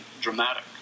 dramatic